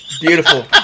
Beautiful